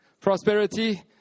prosperity